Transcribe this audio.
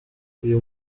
uyu